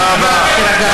תודה רבה.